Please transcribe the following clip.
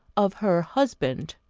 of her husband.